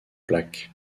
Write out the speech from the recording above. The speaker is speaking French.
plaque